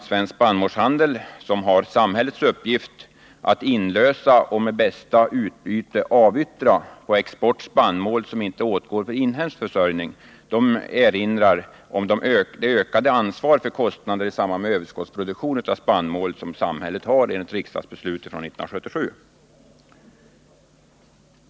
Svensk spannmålshandel, som har samhällets uppgift att inlösa och med bästa utbyte avyttra på export den spannmål som inte åtgår för inhemsk försörjning, erinrar om det ökade ansvar för kostnaderna i samband med överskottsproduktion av spannmål som samhället har enligt riksdagsbeslut från 1977.